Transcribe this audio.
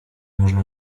można